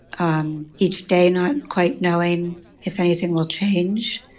um each day not quite knowing if anything will change.